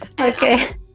Okay